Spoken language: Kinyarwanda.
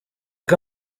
uko